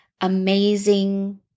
amazing